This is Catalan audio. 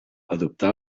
adoptà